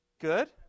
Good